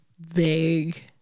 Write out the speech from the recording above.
vague